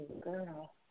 girl